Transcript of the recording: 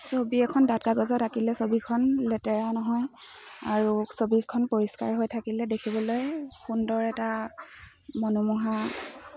ছবি এখন ডাঁত কাগজত আঁকিলে ছবিখন লেতেৰা নহয় আৰু ছবিখন পৰিষ্কাৰ হৈ থাকিলে দেখিবলৈ সুন্দৰ এটা মনোমোহা